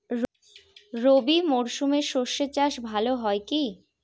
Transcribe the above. রবি মরশুমে সর্ষে চাস ভালো হয় কি?